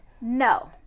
No